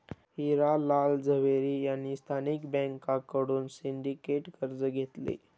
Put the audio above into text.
हिरा लाल झवेरी यांनी स्थानिक बँकांकडून सिंडिकेट कर्ज घेतले